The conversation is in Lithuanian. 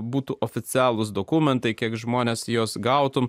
būtų oficialūs dokumentai kiek žmonės juos gautumei